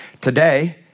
Today